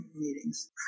meetings